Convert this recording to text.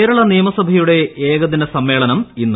കേരള നിയമസഭയുടെ ഏകദിന സമ്മേളനം ഇന്ന്